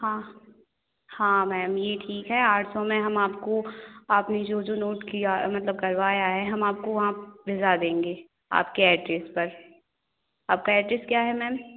हाँ हाँ मैम ये ठीक है आठ सौ में हम आपको आपने जो जो नोट किया मतलब करवाया है हम आपको वहाँ भिजवा देंगे आपके एड्रेस पर आपका एड्रेस क्या है मैम